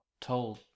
told